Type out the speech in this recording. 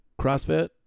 CrossFit